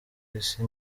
isi